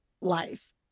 life